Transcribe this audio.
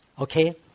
Okay